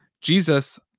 Jesus